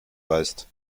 weißt